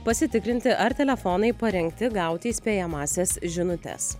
pasitikrinti ar telefonai parengti gauti įspėjamąsias žinutes